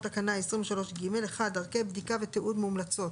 תקנה 23(ג) (1)דרכי בדיקה ותיעוד מומלצות